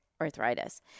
arthritis